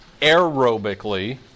aerobically